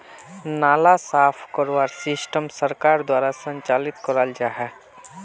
नाला साफ करवार सिस्टम सरकार द्वारा संचालित कराल जहा?